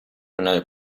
una